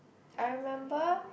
I remember